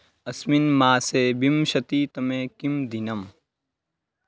अस्मिन् मासे विंशतितमे किं दिनम्